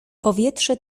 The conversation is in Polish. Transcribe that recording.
powietrze